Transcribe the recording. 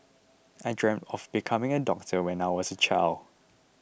I dreamt of becoming a doctor when I was a child